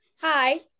Hi